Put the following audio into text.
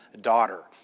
daughter